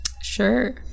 Sure